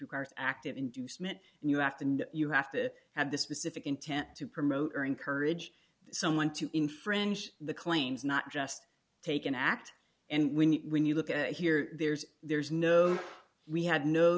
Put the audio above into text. requires active inducement and you act and you have to have the specific intent to promote or encourage someone to infringe the claims not just take an act and when you when you look at here there's there's no we had no